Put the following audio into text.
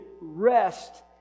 rest